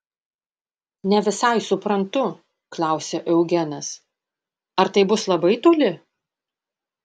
ne visai suprantu klausė eugenas ar tai bus labai toli